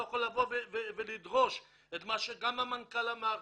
יכול לבוא ולדרוש את מה שגם המנכ"ל אמר,